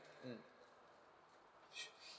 mm